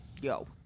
Yo